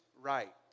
right